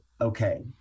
okay